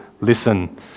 listen